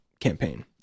campaign